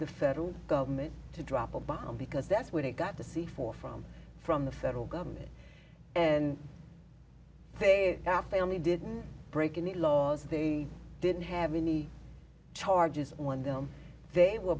the federal government to drop a bomb because that's when it got the c four from from the federal government and they got they only didn't break any laws they didn't have any charges on them they were